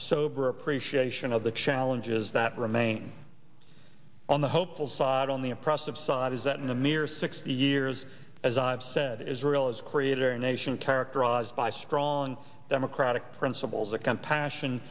sober appreciation of the challenges that remain on the hopeful side on the oppressive side is that in a mere sixty years as i've said israel is creator nation characterized by strong democratic principles a compassion